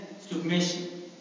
submission